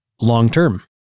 long-term